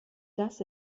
das